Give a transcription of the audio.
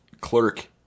clerk